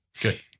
Good